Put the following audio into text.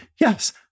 yes